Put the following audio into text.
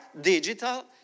digital